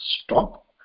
stop